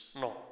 No